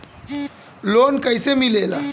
Loan कईसे मिलेला?